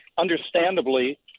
understandably